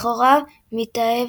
לכאורה מתעב